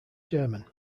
chairman